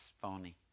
phony